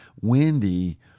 Wendy